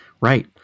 right